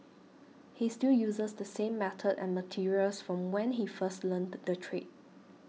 he still uses the same method and materials from when he first learnt the trade